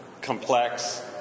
complex